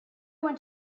went